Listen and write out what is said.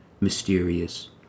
mysterious